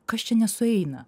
kas čia nesueina